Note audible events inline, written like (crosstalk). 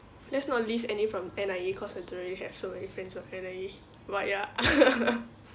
let's not list any from N_I_E cause I don't really have so many friends from N_I_E but ya (laughs)